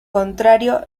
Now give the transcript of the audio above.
contrario